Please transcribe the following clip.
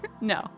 No